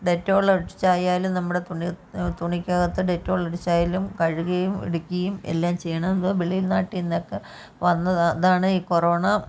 Dettol ഒഴിച്ചായാലും നമ്മുടെ തുണി തുണിക്കകത്ത് ഡെറ്റോൾ ഒഴിച്ചായാലും കഴുകുകയും എടുക്കുകയും എല്ലാം ചെയ്യണം വാ വെളീ നാട്ടിൽ നിന്നൊക്കെ വന്നതാണ് അതാണ് ഈ കൊറോണ